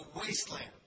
wasteland